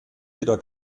wieder